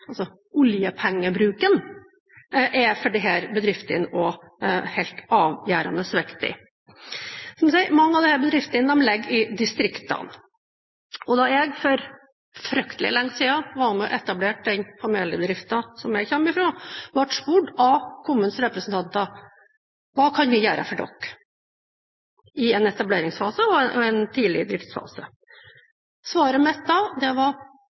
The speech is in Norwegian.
altså oljepengebruken – er avgjørende viktig for disse bedriftene. Mange av disse bedriftene ligger i distriktene. Da jeg for fryktelig lenge siden var med å etablere den familiebedriften som jeg kommer fra, ble jeg spurt av kommunens representanter: Hva kan vi gjøre for dere – i en etableringsfase og en tidlig driftsfase? Svaret mitt da var barnehage og skole i bygda. Dessverre er det